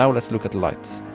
um let's look at the light.